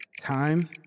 Time